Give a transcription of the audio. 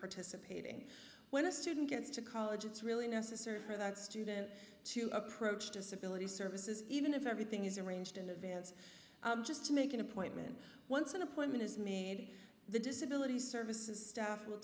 participating when a student gets to college it's really necessary for that student to approach disability services even if everything is arranged in advance just to make an appointment once an appointment is made the disability services staff w